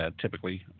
typically